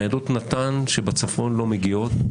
ניידות נט"ן שבצפון לא מגיעות.